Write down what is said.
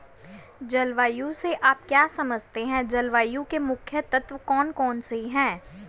जलवायु से आप क्या समझते हैं जलवायु के मुख्य तत्व कौन कौन से हैं?